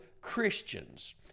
Christians